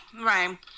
Right